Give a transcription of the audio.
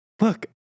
Look